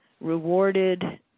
rewarded